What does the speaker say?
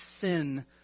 sin